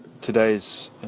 today's